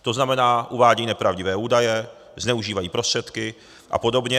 To znamená, uvádějí nepravdivé údaje, zneužívají prostředky apod.